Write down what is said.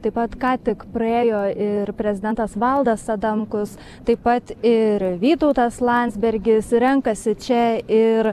taip pat ką tik praėjo ir prezidentas valdas adamkus taip pat ir vytautas landsbergis renkasi čia ir